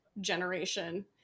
generation